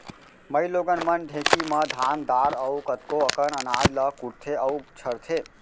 माइलोगन मन ढेंकी म धान दार अउ कतको अकन अनाज ल कुटथें अउ छरथें